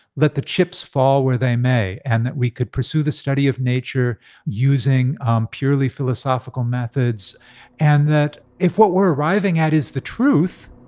the chips fall where they may and that we could pursue the study of nature using um purely philosophical methods and that, if what we're arriving at is the truth,